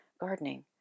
gardening